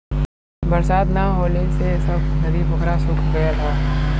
बरसात ना होले से सब नदी पोखरा सूख गयल हौ